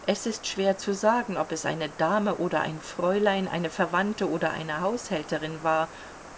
es ist schwer zu sagen ob es eine dame oder ein fräulein eine verwandte oder eine haushälterin war